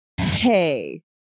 hey